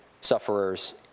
sufferers